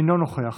אינו נוכח,